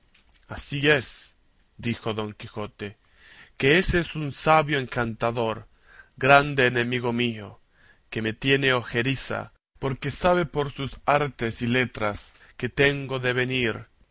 así es dijo don quijote que ése es un sabio encantador grande enemigo mío que me tiene ojeriza porque sabe por sus artes y letras que tengo de venir